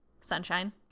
Sunshine